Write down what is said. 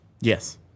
Yes